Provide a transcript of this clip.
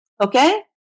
okay